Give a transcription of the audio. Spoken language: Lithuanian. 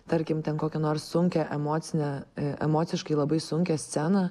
tarkim ten kokią nors sunkią emocinę emociškai labai sunkią sceną